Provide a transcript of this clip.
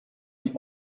sie